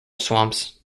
swamps